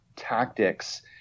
tactics